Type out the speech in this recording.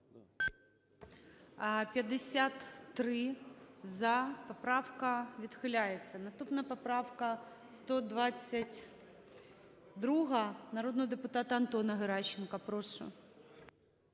За-53 Поправка відхиляється. Наступна поправка 122, народного депутата Антона Геращенка. Прошу.